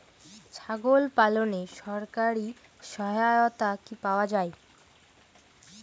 ছাগল পালনে সরকারি সহায়তা কি পাওয়া যায়?